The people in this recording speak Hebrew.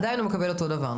עדיין הוא מקבל אותו דבר,